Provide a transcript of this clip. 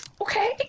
Okay